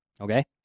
Okay